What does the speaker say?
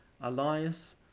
Elias